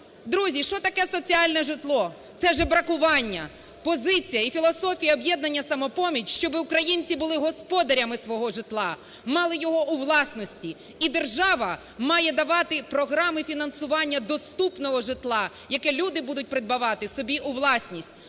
Друзі, що таке соціальне житло? Це жебракування. Позиція і філософія "Об'єднання "Самопоміч", щоб українці були господарями свого житла, мали його у власності. І держава має давати програми фінансування доступного житла, яке люди будуть придбавати собі у власність.